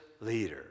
leader